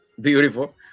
beautiful